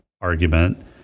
argument